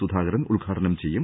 സുധാകരൻ ഉദ്ഘാടനം ചെയ്യും